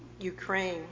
Ukraine